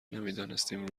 نمیدانستیم